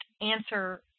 answer